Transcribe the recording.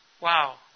Wow